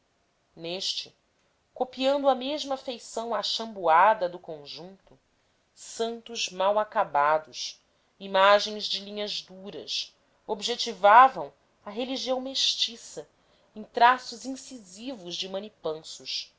neste copiando a mesma feição achamboada do conjunto santos mal acabados imagens de linhas duras a objetivarem a religião mestiça em traços incisivos de